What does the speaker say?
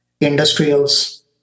industrials